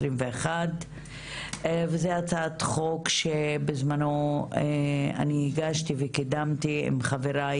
זאת הצעת חוק שבזמנו הגשתי וקידמתי עם חבריי,